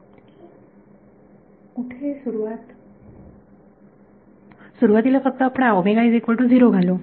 विद्यार्थी कुठे सुरुवात सुरुवातीला फक्त आपण घालू